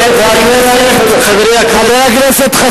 אולי פשוט תפסיקו לעשות פיליבסטר.